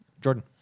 Jordan